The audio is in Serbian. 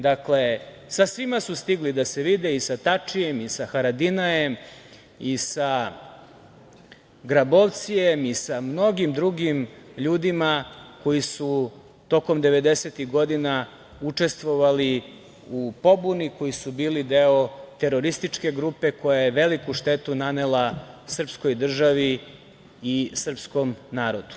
Dakle, sa svima su stigli da se vide, sa Tačijem i sa Haradinajem i sa Grabovcijem i sa mnogim drugim ljudima koji su tokom 90-ih godina učestvovali u pobuni, koji su bili deo terorističke grupe, koja je veliku štetu nanela srpskoj državi i srpskom narodu.